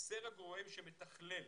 חסר הגורם שמתכלל,